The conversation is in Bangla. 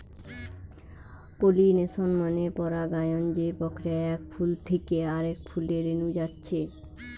পোলিনেশন মানে পরাগায়ন যে প্রক্রিয়ায় এক ফুল থিকে আরেক ফুলে রেনু যাচ্ছে